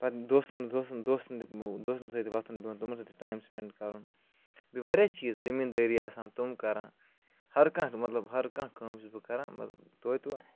پَتہٕ دوستَن دوستَن دوستَن تہِ دوستَن سۭتۍ وۄتھُن بِہُن تِمَن سۭتۍ تہِ ٹایم سُپینٛڈ کَرُن بیٚیہِ واریاہ چیٖز زٔمیٖنٛدٲری آسان تِم کَران ہر کانٛہہ مطلب ہر کانٛہہ کٲم چھُس بہٕ کَران مطلب توتہِ وۄنۍ